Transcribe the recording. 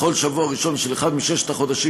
בכל שבוע ראשון של אחד מששת החודשים